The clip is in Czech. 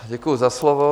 Děkuji za slovo.